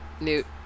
Newt